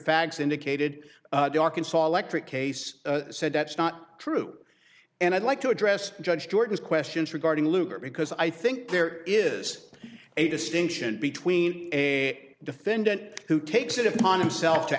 fags indicated the arkansas electorate case said that's not true and i'd like to address judge gordon's questions regarding lugar because i think there is a distinction between a defendant who takes it upon himsel